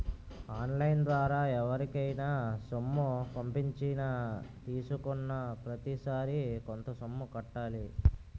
on line ద్వారా ఎవరికైనా సొమ్ము పంపించినా తీసుకున్నాప్రతిసారి కొంత సొమ్ము కట్టాలి